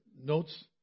notes